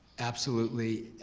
absolutely